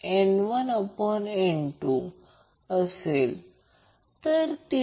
कारण ω0 resonance frequency 1√LC